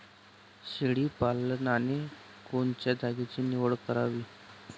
शेळी पालनाले कोनच्या जागेची निवड करावी?